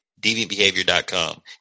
dvbehavior.com